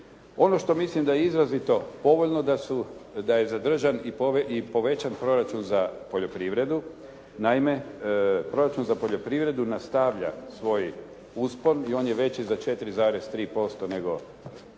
Ono što mislim da je izrazito povoljno da je zadržan i povećan proračun za poljoprivredu. Naime proračun za poljoprivredu nastavlja svoj uspon i on je veći za 4,3% nego